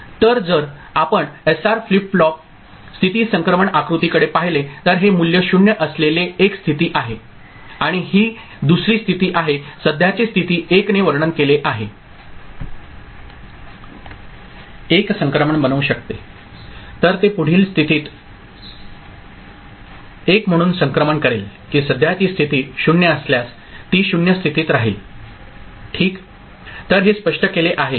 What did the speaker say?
तर जर आपण एसआर फ्लिप फ्लॉप स्थिती संक्रमण आकृतीकडे पाहिले तर हे मूल्य 0 असलेले एक स्थिती आहे आणि हे दुसरी स्थिती आहे सध्याचे स्थिती 1 ने वर्णन केले आहे